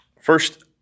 First